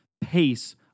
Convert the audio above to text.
pace